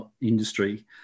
industry